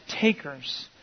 takers